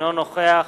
אינו נוכח